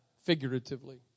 figuratively